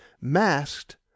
masked